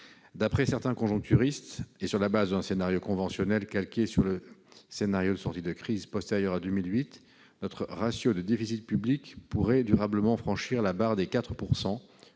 D'après certains conjoncturistes, et sur la base d'un scénario conventionnel calqué sur le scénario de sortie de crise postérieur à 2008, notre ratio de déficit public pourrait durablement franchir la barre des 4